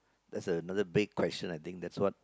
that's another big question I think that's what